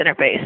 interface